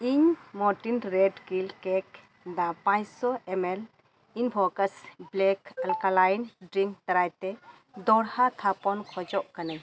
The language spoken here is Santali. ᱤᱧ ᱢᱚᱨᱴᱤᱱ ᱨᱮᱴ ᱠᱤᱞ ᱠᱮᱠ ᱫᱚ ᱯᱟᱸᱪᱥᱚ ᱮᱢ ᱮᱞ ᱮᱱᱵᱷᱳᱠᱟᱥ ᱵᱞᱮᱠ ᱟᱞᱠᱟᱞᱟᱭᱤᱱ ᱰᱨᱤᱝᱠ ᱫᱟᱨᱟᱭᱛᱮ ᱫᱚᱦᱲᱟ ᱛᱷᱟᱯᱚᱱ ᱠᱷᱚᱡᱚᱜ ᱠᱟᱹᱱᱟᱹᱧ